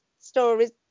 stories